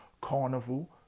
Carnival